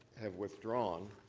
have withdrawn,